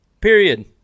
Period